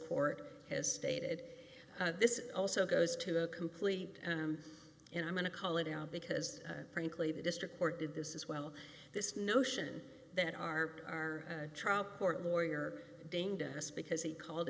court has stated this is also goes to a complete and i'm going to call it out because frankly the district court did this as well this notion that our our trial court lawyer dangerous because he called